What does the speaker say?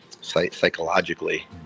psychologically